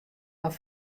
mar